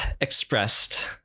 expressed